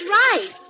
right